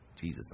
Jesus